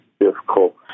difficult